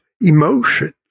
emotions